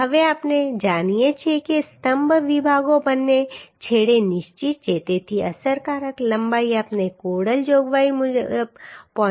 હવે આપણે જાણીએ છીએ કે સ્તંભ વિભાગો બંને છેડે નિશ્ચિત છે તેથી અસરકારક લંબાઈ આપણે કોડલ જોગવાઈ મુજબ 0